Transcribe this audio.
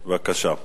בבקשה.